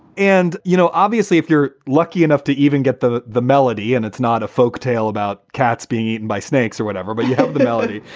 and you know, obviously, if you're lucky enough to even get the the melody and it's not a folk tale about cats being eaten by snakes or whatever, but you have the melody.